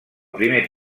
primer